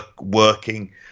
working